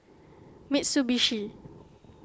Mitsubishi